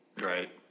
Right